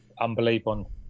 unbelievable